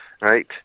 right